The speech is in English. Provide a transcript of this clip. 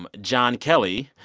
um john kelly,